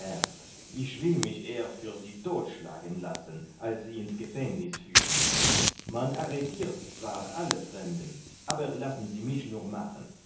ich will mich eher für sie todtschlagen lassen als sie ins gefängniß führen man arretirt zwar alle fremden aber lassen sie mich nur machen